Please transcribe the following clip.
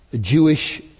Jewish